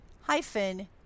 hyphen